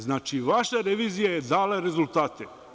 Znači, vaša revizija je dala rezultate.